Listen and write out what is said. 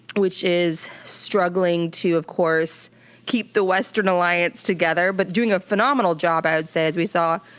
which is struggling to of course keep the western alliance together but doing a phenomenal job i would say as we saw.